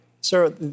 Sir